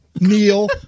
kneel